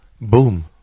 boom